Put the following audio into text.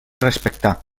respectar